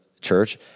church